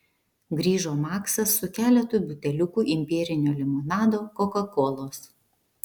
grįžo maksas su keletu buteliukų imbierinio limonado kokakolos